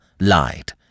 lied